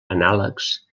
anàlegs